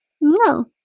No